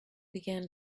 began